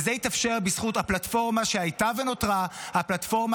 וזה התאפשר בזכות הפלטפורמה שהייתה ונותרה הפלטפורמה